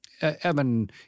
Evan